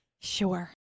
Sure